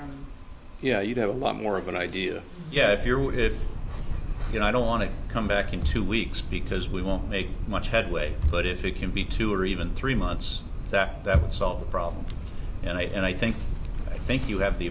know you'd have a lot more of an idea yeah if you if you know i don't want to come back in two weeks because we won't make much headway but if it can be two or even three months that that would solve the problem and i think i think you have the